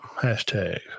Hashtag